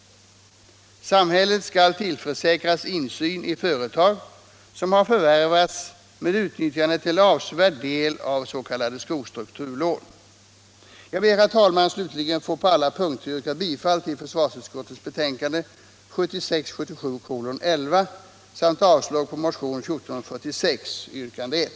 Samhället skall tillförsäkras insyn i företag som till avsevärd del har förvärvats med utnyttjande av s.k. skostrukturlån. Herr talman! Jag ber att på alla punkter få yrka bifall till försvarsutskottets hemställan i betänkandet nr 11, vilket innebär avslag på motionen 1446, yrkande 1.